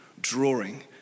drawing